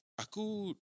Aku